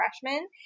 freshman